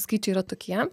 skaičiai yra tokie